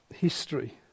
History